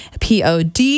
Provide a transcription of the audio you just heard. Pod